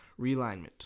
realignment